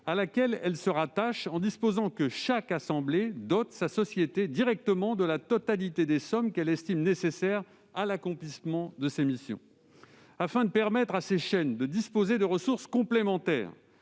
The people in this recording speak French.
à laquelle elle se rattache, en disposant que « chaque assemblée [dote] sa société directement de la totalité des sommes qu'elle estime nécessaires à l'accomplissement de ses missions ». Afin de permettre à ces chaînes de disposer de ressources complémentaires,